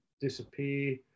disappear